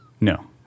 No